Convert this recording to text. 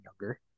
younger